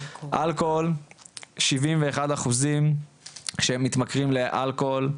אלכוהול 71 אחוזים שמתמכרים לאלכוהול,